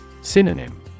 Synonym